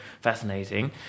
fascinating